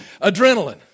adrenaline